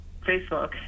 Facebook